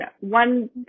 One